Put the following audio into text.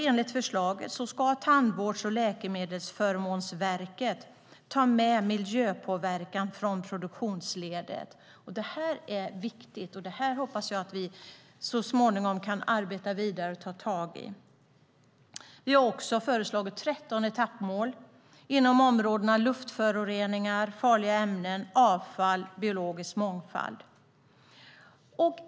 Enligt förslag ska Tandvårds och läkemedelsförmånsverket ta med miljöpåverkan från produktionsledet. Detta är viktigt, och det hoppas jag att vi så småningom kan arbeta vidare med och ta tag i. Vi också har föreslagit 13 etappmål inom områdena luftföroreningar, farliga ämnen, avfall och biologisk mångfald.